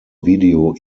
video